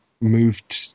moved